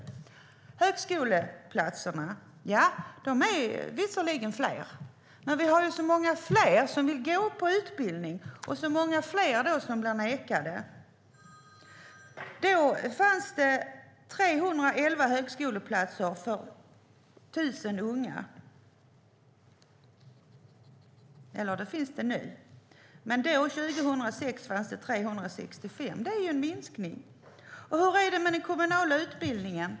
Antalet högskoleplatser är visserligen fler, men det är så många fler som söker en utbildning och så många fler som blir nekade. Nu finns det 311 högskoleplatser för 1 000 unga. År 2006 fanns det 365 platser. Det är en minskning. Hur är det med den kommunala vuxenutbildningen?